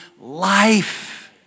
life